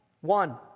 one